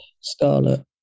scarlet